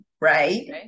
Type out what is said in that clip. right